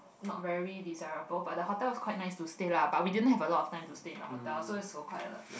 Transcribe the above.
not very desirable but the hotel is quite nice to stay lah but we don't know have a lot of times to stay in hotel so is quite a